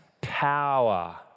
power